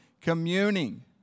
communing